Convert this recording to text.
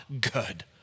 good